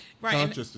Right